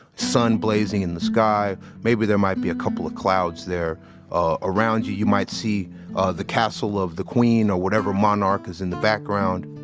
sun blazing in the sky, maybe there might be a couple of clouds there ah around you. you might see ah the castle of the queen or whatever monarch is in the background.